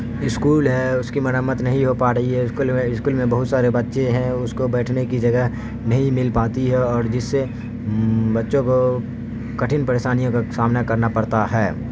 school ہے اس کی مرمت نہیں ہو پا رہی ہے اسکول میں اسکول میں بہت سارے بچے ہیں اس کو بیٹھنے کی جگہ نہیں مل پاتی ہے اور جس سے بچوں کو کٹھن پریشانیوں کا سامنا کرنا پڑتا ہے